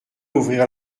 ouvrir